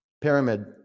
Pyramid